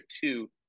two